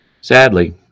Sadly